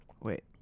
Wait